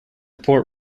port